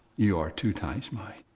you are two times mine.